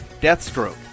deathstroke